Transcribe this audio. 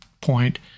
point